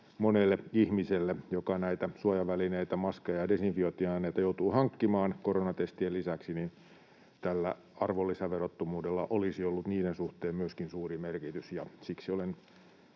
monelle ihmiselle, joka näitä suojavälineitä, maskeja ja desinfiointiaineita, joutuu hankkimaan koronatestien lisäksi, tällä arvonlisäverottomuudella olisi ollut niiden suhteen myöskin suuri merkitys. Siksi olen